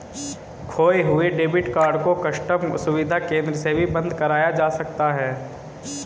खोये हुए debit card को कस्टम सुविधा केंद्र से भी बंद कराया जा सकता है